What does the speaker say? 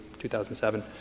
2007